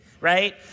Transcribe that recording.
right